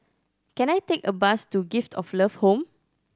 can I take a bus to Gift of Love Home